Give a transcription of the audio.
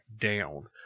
down